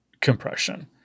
compression